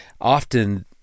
often